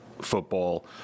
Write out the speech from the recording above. football